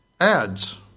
adds